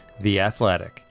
theathletic